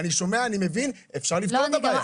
אני שומע, אני מבין, אפשר לפתור את הבעיה.